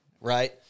right